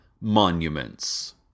monuments